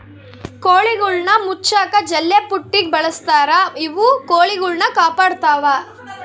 ಕೋಳಿಗುಳ್ನ ಮುಚ್ಚಕ ಜಲ್ಲೆಪುಟ್ಟಿ ಬಳಸ್ತಾರ ಇವು ಕೊಳಿಗುಳ್ನ ಕಾಪಾಡತ್ವ